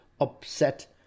upset